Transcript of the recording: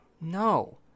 No